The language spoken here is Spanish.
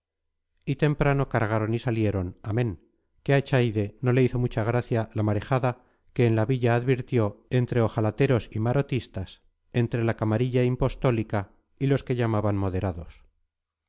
y temprano cargaron y salieron amén que a echaide no le hizo mucha gracia la marejada que en la villa advirtió entre ojalateros y marotistas entre la camarilla impostólica y los que llamaban moderados